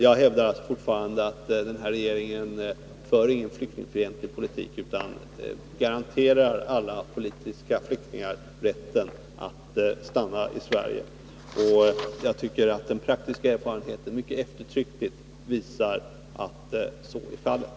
Jag hävdar alltså fortfarande att den här regeringen inte för någon flyktingfientlig politik utan garanterar alla politiska flyktingar rätten att stanna i Sverige. Jag tycker att den praktiska erfarenheten mycket eftertryckligt visar att så är fallet.